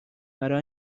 برا